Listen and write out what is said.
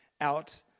out